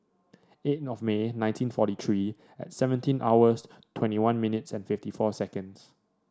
eight of May nineteen forty three at seventeen hours twenty one minutes and fifty four seconds